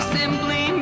simply